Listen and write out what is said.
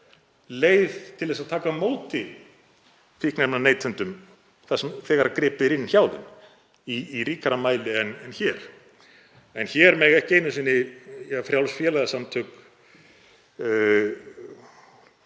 leið til að taka á móti fíkniefnaneytendum þegar gripið er inn hjá þeim í ríkara mæli en hér. En hér mega ekki einu sinni frjáls félagasamtök